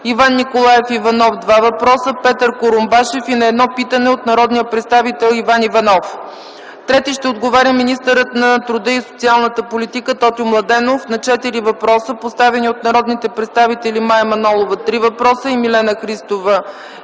Иван Николаев Иванов – два въпроса, Петър Курумбашев и на едно питане от народния представител Иван Иванов. 3. Министърът на труда и социалната политика Тотю Младенов ще отговори на четири въпроса, поставени от народните представители Мая Манолова – три въпроса, Милена Христова